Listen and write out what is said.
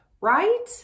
right